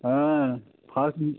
হ্যাঁ